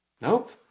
Nope